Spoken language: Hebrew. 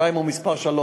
מספר שתיים או מספר שלוש.